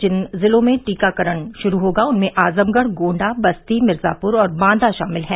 जिन जिलों में टीकाकरण शुरू होगा उनमें आजमगढ़ गोण्डा बस्ती मिर्जापुर और बांदा शामिल हैं